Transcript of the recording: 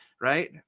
right